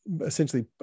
essentially